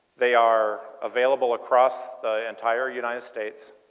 they are available across the entire united states.